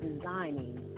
designing